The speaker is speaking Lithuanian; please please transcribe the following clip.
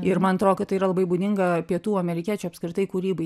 ir man atrodo kad tai yra labai būdinga pietų amerikiečių apskritai kūrybai